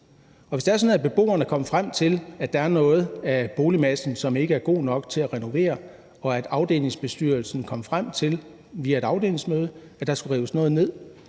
Hvis det er sådan, at beboerne er kommet frem til, at der er noget af boligmassen, som ikke er god nok til at blive renoveret, og at afdelingsbestyrelsen via et afdelingsmøde er kommet frem til, at der skulle rives noget ned,